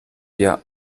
der